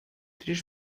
três